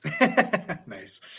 Nice